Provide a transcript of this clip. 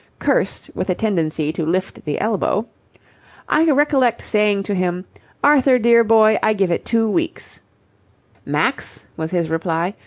cursed with a tendency to lift the elbow i recollect saying to him arthur, dear boy, i give it two weeks max, was his reply,